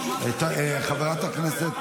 חברת הכנסת